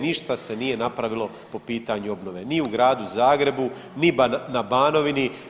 Ništa se nije napravilo po pitanju obnove ni u gradu Zagrebu, ni na Banovini.